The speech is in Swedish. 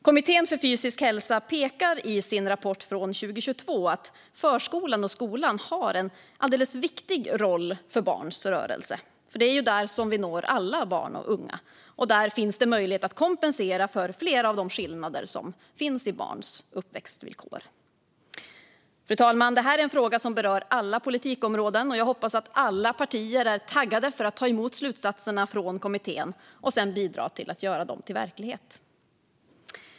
Kommittén för fysisk hälsa pekar i sin rapport från 2022 på att förskolan och skolan har en alldeles särskilt viktig roll för barns rörelse. Det är ju där vi når alla barn och unga, och där finns möjlighet att kompensera för flera av de skillnader som finns i barns uppväxtvillkor. Fru talman! Detta är en fråga som berör alla politikområden. Jag hoppas att alla partier är taggade för att ta emot slutsatserna från kommittén och sedan bidra till att göra dem till verklighet.